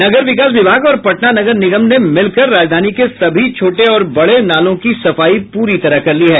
नगर विकास विभाग और पटना नगर निगम ने मिलकर राजधानी के सभी छोटे और बड़े नालों की सफाई पूरी तरह कर ली है